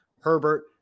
Herbert